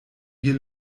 hier